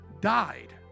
died